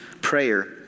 prayer